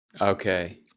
Okay